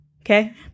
Okay